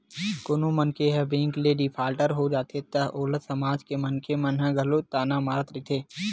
कोनो मनखे ह बेंक ले डिफाल्टर हो जाथे त ओला समाज के मनखे मन ह घलो ताना मारत रहिथे